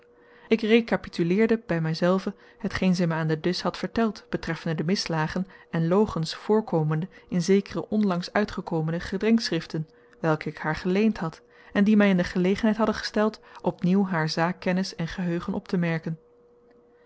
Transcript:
ik recapituleerde bij mij zelven hetgeen zij mij aan den disch had verteld betreffende de misslagen en logens voorkomende in zekere onlangs uitgekomene gedenkschriften welke ik haar geleend had en die mij in de gelegenheid hadden gesteld opnieuw haar zaakkennis en geheugen op te merken